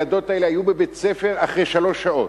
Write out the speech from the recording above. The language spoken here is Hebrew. הילדות האלה היו בבית-הספר אחרי שלוש שעות.